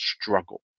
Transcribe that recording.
struggle